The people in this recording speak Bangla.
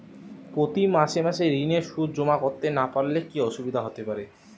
প্রতি মাসে মাসে ঋণের সুদ জমা করতে না পারলে কি অসুবিধা হতে পারে?